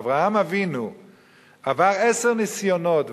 אברהם אבינו עבר עשר ניסיונות,